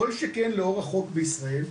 כל שכן לאור החוק בישראל.